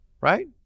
right